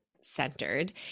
centered